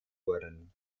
wurden